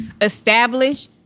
establish